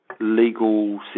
legal